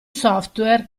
software